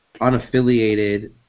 unaffiliated